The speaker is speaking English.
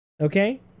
okay